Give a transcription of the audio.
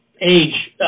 age